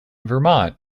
vermont